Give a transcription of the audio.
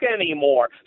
anymore